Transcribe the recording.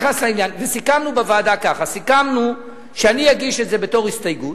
סיכמנו בוועדה ככה: סיכמנו שאני אגיש את זה בתור הסתייגות.